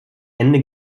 ende